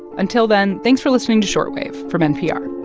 until then, thanks for listening to short wave from npr